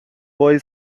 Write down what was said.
boy